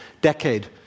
decade